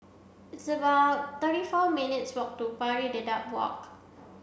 it's about thirty four minutes' walk to Pari Dedap Walk